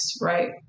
right